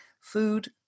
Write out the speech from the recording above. food